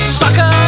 sucker